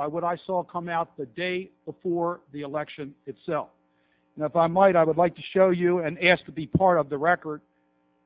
by what i saw come out the day before the election itself if i might i would like to show you and ask to be part of the record